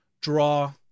draw